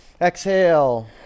Exhale